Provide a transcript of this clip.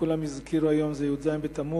כולם הזכירו היום שהיום זה י"ז בתמוז,